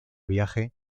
viaje